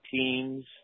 teams